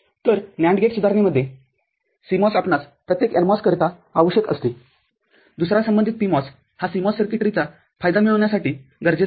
तर NAND gate सुधारणेमध्ये CMOS आपणास प्रत्येक NMOS करीता आवश्यक असते दुसरा संबंधित PMOS हा CMOS सर्किटरीचाफायदा मिळण्यासाठी गरजेचा असतो